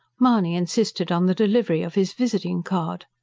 mahony insisted on the delivery of his visiting-card.